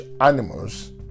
animals